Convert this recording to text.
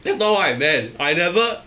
that's not what I meant I never